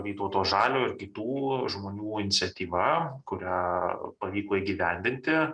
vytauto žalio ir kitų žmonių iniciatyva kurią pavyko įgyvendinti